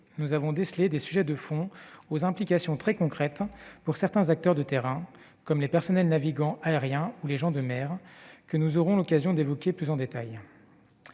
nous avons décelé des sujets de fond aux implications très concrètes pour certains acteurs de terrain, comme les personnels navigants aériens ou les gens de mer, que nous aurons l'occasion d'évoquer plus en détail.